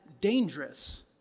dangerous